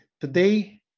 Today